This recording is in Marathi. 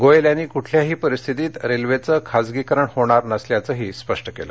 गोयल यांनी कुठल्याही परिस्थितीत रेल्वेघं खासगीकरण होणार नसल्याचंही स्पष्ट केलं